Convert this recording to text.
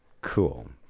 Cool